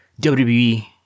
WWE